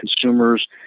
consumers